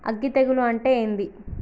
అగ్గి తెగులు అంటే ఏంది?